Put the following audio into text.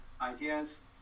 ideas